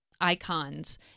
icons